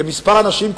במספר הנשים,